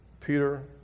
Peter